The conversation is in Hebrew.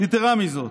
יתרה מזאת,